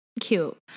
cute